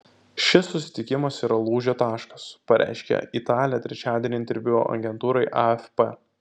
šis susitikimas yra lūžio taškas pareiškė italė trečiadienį interviu agentūrai afp